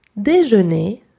déjeuner